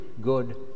good